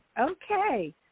Okay